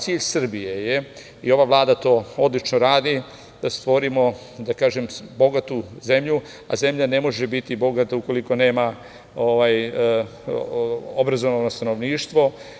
Cilj Srbije je i ova Vlada to odlično radi, da stvorimo bogatu zemlju, a zemlja ne može biti bogata ukoliko nema obrazovano stanovništvo.